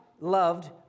loved